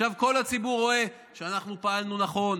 עכשיו כל הציבור רואה שאנחנו פעלנו נכון,